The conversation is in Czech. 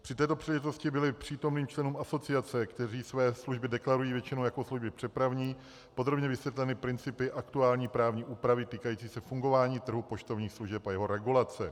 Při této příležitosti byly přítomným členům asociace, kteří své služby deklarují většinou jako služby přepravní, podrobně vysvětleny principy aktuální právní úpravy týkající se fungování trhu poštovních služeb a jeho regulace.